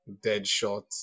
Deadshot